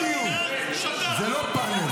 זה לא פאנל.